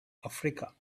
africa